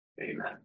Amen